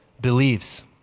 believes